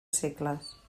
segles